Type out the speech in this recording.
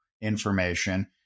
information